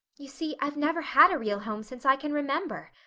you see, i've never had a real home since i can remember.